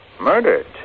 Murdered